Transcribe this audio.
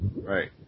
Right